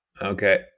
Okay